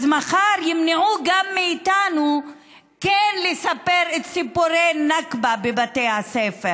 אז מחר ימנעו גם מאיתנו לספר את סיפורי הנכבה בבתי הספר